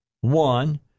One